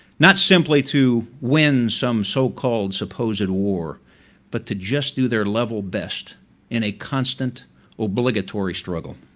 not simply to win some so-called supposed war but to just do their level best in a constant obligatory struggle.